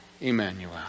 Emmanuel